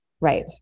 Right